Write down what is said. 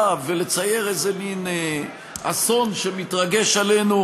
ולצייר איזה מין אסון שמתרגש עלינו,